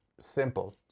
simple